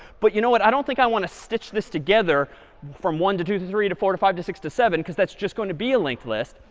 but you know what, i don't think i want to stitch this together from one to two to three to four to five to six to seven, because that's just going to be a linked list.